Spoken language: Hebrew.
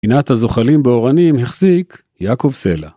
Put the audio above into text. פינת הזוחלים באורנים החזיק יעקב סלע.